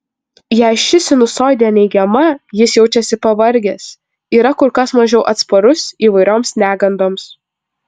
jei ši sinusoidė neigiama jis jaučiasi pavargęs yra kur kas mažiau atsparus įvairioms negandoms